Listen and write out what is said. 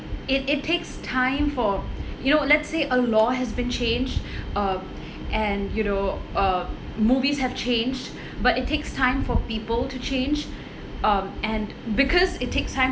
it it takes time for you know let's say a law has been changed um and you know uh movies have changed but it takes time for people to change um and because it takes time